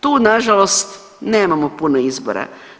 Tu na žalost nemamo puno izbora.